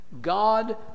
God